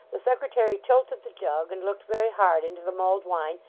the secretary tilted the jug, and looked very hard into the mulled wine,